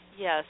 Yes